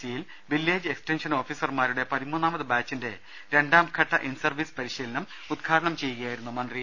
സിയിൽ village extension ഓഫീസർമാരുടെ പതിമൂന്നാമത് ബാച്ചിന്റെ രണ്ടാംഘട്ട ഇൻ സർവീസ് പരിശീലനം ഉദ്ഘാടനം ചെയ്യുകയായിരുന്നു മന്ത്രി